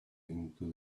into